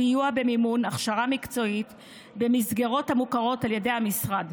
סיוע במימון הכשרה מקצועית במסגרות המוכרות על ידי המשרד.